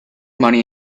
money